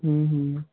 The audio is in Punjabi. ਹਮ ਹਮ